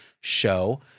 show